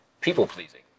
people-pleasing